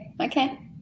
okay